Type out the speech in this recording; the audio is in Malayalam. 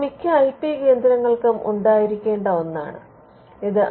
ഇത് മിക്ക ഐ പി കേന്ദ്രങ്ങൾക്കും ഉണ്ടായിരിക്കേണ്ട ഒന്നാണ് ഇത്